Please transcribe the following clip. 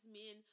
men